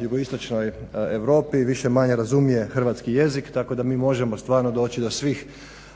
Jugoistočnoj Europi više-manje razumije hrvatski jezik tako da mi možemo stvarno doći do svih